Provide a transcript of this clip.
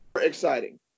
exciting